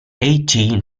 eighteen